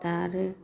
दा आरो